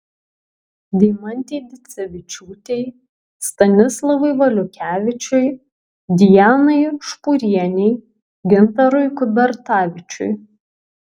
deimantei dicevičiūtei stanislavui valiukevičiui dianai špūrienei gintarui kubertavičiui